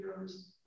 years